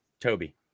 Toby